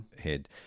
head